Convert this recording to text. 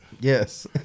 Yes